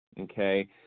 okay